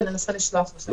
וננסה לשלוח לכם.